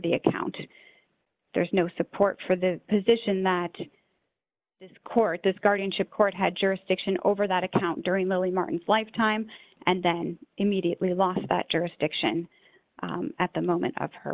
the account there's no support for the position that this court this guardianship court had jurisdiction over that account during the early martin's lifetime and then immediately lost jurisdiction at the moment of her